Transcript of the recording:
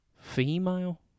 female